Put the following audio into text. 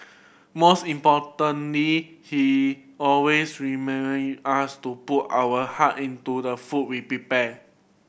most importantly he always us to put our heart into the food we prepare